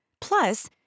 Plus